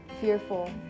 fearful